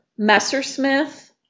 Messersmith